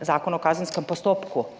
Zakonu